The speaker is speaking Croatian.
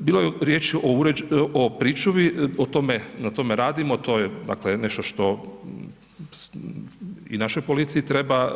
Bilo je riječ o pričuvi, na tome radimo, to je nešto što i našoj policiji treba